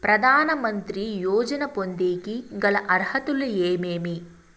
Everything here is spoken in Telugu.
ప్రధాన మంత్రి యోజన పొందేకి గల అర్హతలు ఏమేమి?